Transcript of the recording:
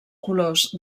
colors